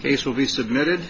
case will be submitted